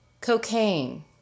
cocaine